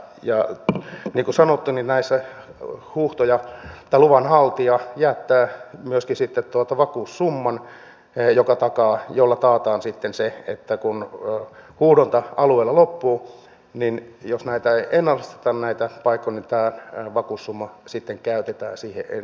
niin kuin sanottu näissä luvanhaltija jättää myöskin vakuussumman jolla taataan sitten se että jos näitä paikkoja ei ennallisteta kun huuhdonta alueella loppuu niin jos näytä enää kanneta paikan päällä tämä vakuussumma sitten käytetään siihen ennallistamiseen